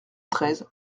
treize